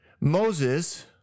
Moses